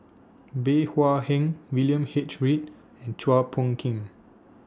Bey Hua Heng William H Read and Chua Phung Kim